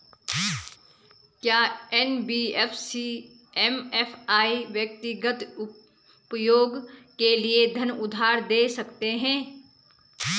क्या NBFC MFI व्यक्तिगत उपयोग के लिए धन उधार दें सकते हैं?